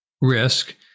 risk